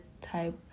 type